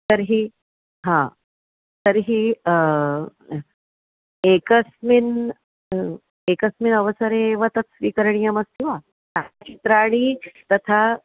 तर्हि हा तर्हि एकस्मिन् एकस्मिन् अवसरे एव तत् स्वीकरणीयमस्ति वा छायाचित्राणि तथा